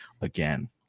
again